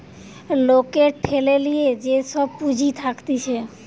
লোকের ঠেলে লিয়ে যে সব পুঁজি থাকতিছে